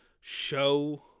show